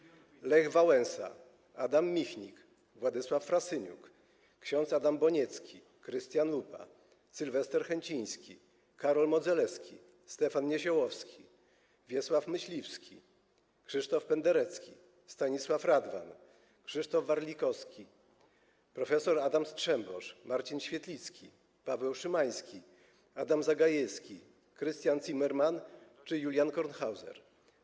Lech Wałęsa, Adam Michnik, Władysław Frasyniuk, ks. Adam Boniecki, Krystian Lupa, Sylwester Chęciński, Karol Modzelewski, Stefan Niesiołowski, Wiesław Myśliwski, Krzysztof Penderecki, Stanisław Radwan, Krzysztof Warlikowski, prof. Adam Strzembosz, Marcin Świetlicki, Paweł Szymański, Adam Zagajewski, Krystian Zimerman czy Julian Kornhauser?